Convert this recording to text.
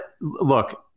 look